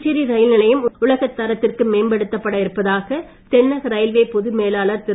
Puducherry rail நிலையம் உலகத் தரத்திற்கு மேம்படுத்தப்பட இருப்பதாக தென்னக ரயில்வே பொது மேலாளர் திரு